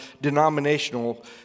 denominational